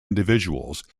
individuals